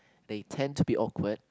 they tend to be awkward